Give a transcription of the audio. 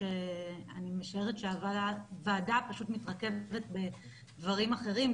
שאני משערת שהוועדה פשוט מתרכזת בדברים אחרים,